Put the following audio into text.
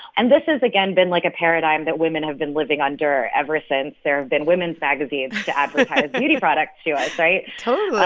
and this has, again, been like a paradigm that women have been living under ever since there have been women's magazines. to advertise beauty products to us, right? totally.